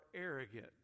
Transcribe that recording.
arrogant